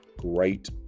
great